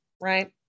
Right